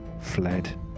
fled